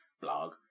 Blog